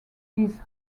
his